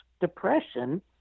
depression